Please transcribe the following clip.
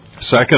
Second